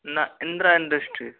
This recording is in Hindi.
ना इंद्रा इंडस्ट्री